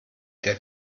der